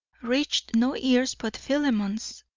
reached no ears but philemon's,